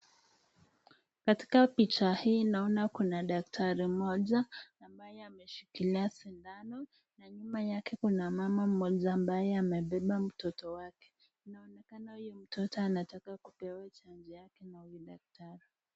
Katika picha hii naona kuna daktari mmoja ambaye ameshikilia sindano na nyuma yaka kuna mama mmoja amabaye amebeba mtoto wake inaonekana huyu mtoto anataka kupewa chanjo yake na huyu daktari